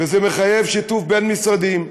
וזה מחייב שיתוף בין משרדים.